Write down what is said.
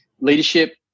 Leadership